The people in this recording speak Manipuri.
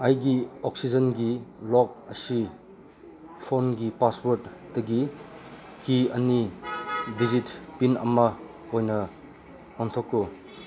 ꯑꯩꯒꯤ ꯑꯣꯛꯁꯤꯖꯦꯟꯒꯤ ꯂꯣꯛ ꯑꯁꯤ ꯐꯣꯟꯒꯤ ꯄꯥꯁꯋꯥꯔꯗꯇꯒꯤ ꯀꯤ ꯑꯅꯤ ꯗꯤꯖꯤꯠ ꯄꯤꯟ ꯑꯃ ꯑꯣꯏꯅ ꯑꯣꯟꯊꯣꯛꯎ